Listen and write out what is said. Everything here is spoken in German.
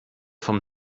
vom